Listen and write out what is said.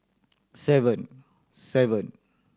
seven seven